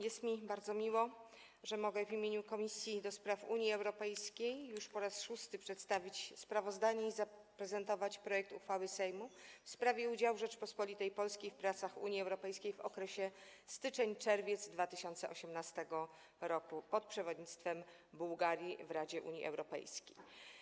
Jest mi bardzo miło, że mogę w imieniu Komisji do Spraw Unii Europejskiej już po raz szósty przedstawić sprawozdanie i zaprezentować projekt uchwały Sejmu w sprawie udziału Rzeczypospolitej Polskiej w pracach Unii Europejskiej w okresie styczeń-czerwiec 2018 r. pod przewodnictwem Bułgarii w Radzie Unii Europejskiej.